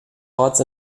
orts